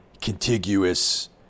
contiguous